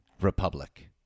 Republic